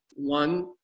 one